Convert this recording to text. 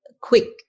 quick